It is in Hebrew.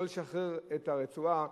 לא לשחרר את הרצועה,